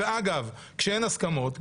ואגב כשאין הסכמות,